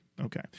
Okay